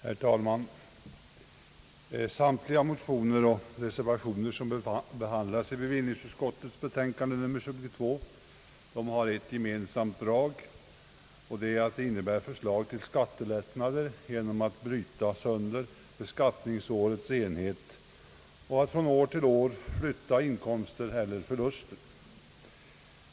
Herr talman! Samtliga motioner och reservationer som behandlas i bevillningsutskottets betänkande nr 22 har det gemensamt, att de innebär förslag till skattelättnader genom att bryta sönder beskattningsårets enhet och genom att från år till år flytta inkomster eller förluster.